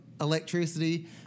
electricity